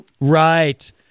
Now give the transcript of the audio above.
Right